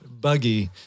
buggy